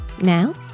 now